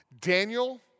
Daniel